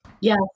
Yes